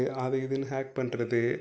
அது இதுன்னு ஹேக் பண்ணுறது